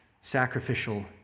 sacrificial